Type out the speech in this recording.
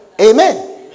Amen